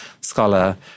scholar